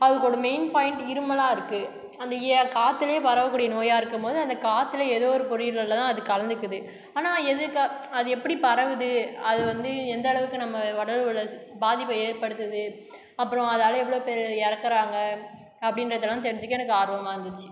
அதுக்கு ஒரு main point இருமலா இருக்குது அந்த ஏ காற்றுலையே பரவக்கூடிய நோயாக இருக்கும்போது அந்த காற்றுல ஏதோ ஒரு பொரியுலுள்ள தான் அது கலந்துக்குது ஆனால் எதுக்காக அது எப்படி பரவுது அது வந்து எந்த அளவுக்கு நம்ம உடல் உள்ள பாதிப்பை ஏற்படுத்துது அப்புறம் அதால் எவ்வளோ பேரு இறக்கறாங்க அப்படின்றதெல்லாம் தெரிஞ்சுக்க எனக்கு ஆர்வமாக இருந்துச்சு